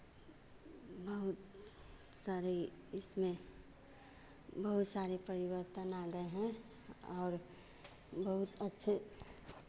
बहुत सारे इसमें बहुत सारे परिवर्तन आ गए हैं और बहुत अच्छे